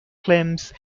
claims